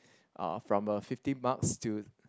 uh from a fifty marks to